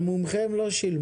על מומחה הם לא שילמו.